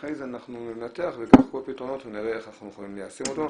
אחרי זה ננתח וניקח את כל הפתרונות ונראה איך אנחנו יכולים ליישם אותם.